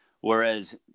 Whereas